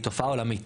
היא תופעה עולמית,